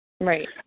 Right